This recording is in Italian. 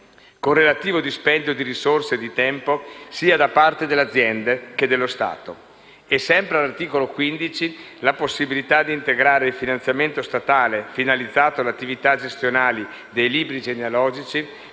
con relativo dispendio di risorse e di tempo sia da parte delle aziende che dello Stato. E, sempre all'articolo 15, la possibilità di integrare il finanziamento statale finalizzato alle attività gestionali dei libri genealogici,